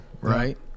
right